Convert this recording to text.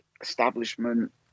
establishment